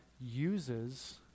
uses